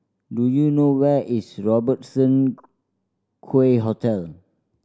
do you know where is Robertson Quay Hotel